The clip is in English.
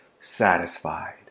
satisfied